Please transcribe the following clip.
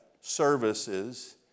services